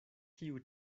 kiu